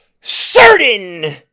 certain